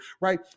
right